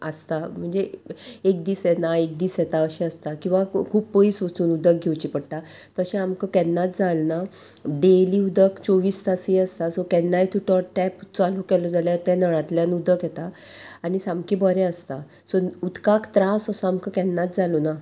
आसता म्हणजे एक दीस येना एक दीस येता अशें आसता किंवां खूब पयस वचून उदक घेवचें पडटा तशें आमकां केन्नाच जाल ना डेली उदक चोवीस तासय आसता सो केन्नाय तूं तो टॅप चालू केलो जाल्यार त्या नळांतल्यान उदक येता आनी सामकें बरें आसता सो उदकाक त्रास असो आमकां केन्नाच जालो ना